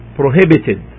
prohibited